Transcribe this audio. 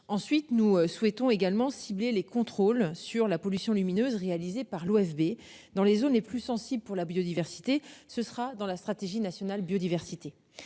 Ensuite, nous souhaitons également cibler les contrôles sur la pollution lumineuse, réalisé par l'OFEV dans les zones les plus sensibles pour la biodiversité. Ce sera dans la stratégie nationale biodiversité